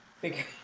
figure